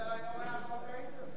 לא, סדר-היום זה חוק האינטרנט.